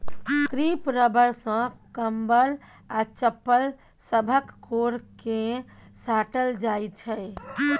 crepe rubber सँ कंबल आ चप्पल सभक कोर केँ साटल जाइ छै